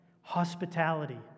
hospitality